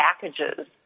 packages